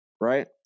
right